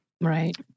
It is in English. right